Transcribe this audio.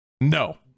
No